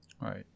Right